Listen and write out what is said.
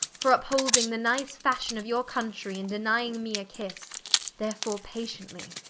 for vpholding the nice fashion of your countrey, in denying me a kisse therefore patiently,